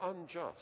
unjust